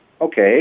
okay